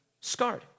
scarred